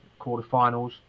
quarterfinals